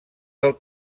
del